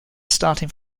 starting